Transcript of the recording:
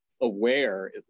aware